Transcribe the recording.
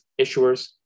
issuers